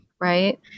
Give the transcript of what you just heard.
Right